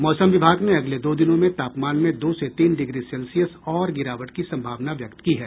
मौसम विभाग ने अगले दो दिनों में तापमान में दो से तीन डिग्री सेल्सियस और गिरावट की सम्भावना व्यक्त की है